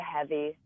heavy